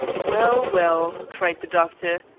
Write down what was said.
well, well, cried the doctor,